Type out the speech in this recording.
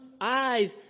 eyes